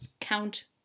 Count